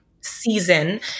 season